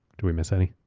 did we miss any?